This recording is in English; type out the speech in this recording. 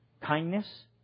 kindness